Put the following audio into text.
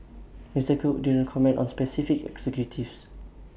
Mister cook didn't comment on specific executives